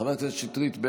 חבר הכנסת שטרית,